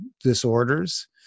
disorders